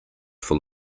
full